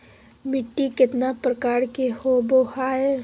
मिट्टी केतना प्रकार के होबो हाय?